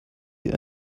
hier